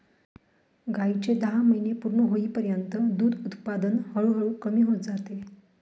गायीचे दहा महिने पूर्ण होईपर्यंत दूध उत्पादन हळूहळू कमी होत जाते